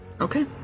Okay